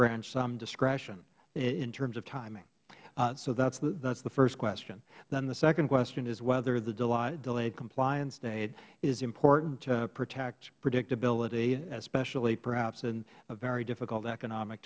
branch some discretion in terms of timing so that is the first question then the second question is whether the delayed compliance date is important to protect predictability especially perhaps in a very difficult economic